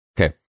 Okay